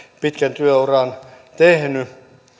pitkän työuran tehnyt